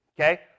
Okay